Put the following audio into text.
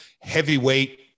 heavyweight